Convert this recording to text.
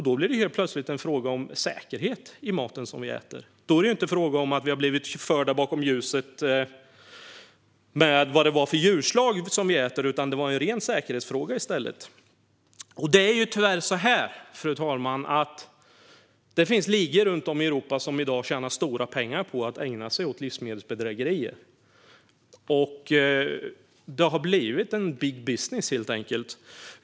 Då blev det helt plötsligt en fråga om säkerhet i maten som vi äter. Då var det inte fråga om att vi hade blivit förda bakom ljuset när det gäller vilket djurslag vi åt, utan det var i stället en ren säkerhetsfråga. Fru talman! Det finns tyvärr ligor runt om i Europa som i dag tjänar stora pengar på att ägna sig åt livsmedelsbedrägerier. Det har helt enkelt blivit big business.